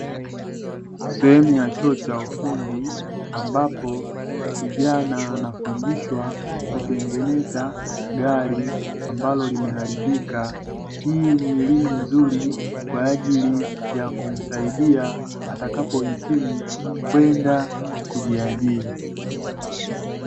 Sehemu ya chuo cha ufundi ambapo kijana anafundishwa kutengeneza gari ambalo limeharibika, hii ni elimu nzuri kwa ajili ya kumsaidia atakapo hitimu kwenda kujiajiri.